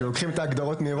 כשלוקחים את ההגדרות מאירופה,